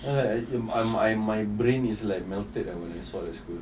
err my my my brain is like melted when I saw that school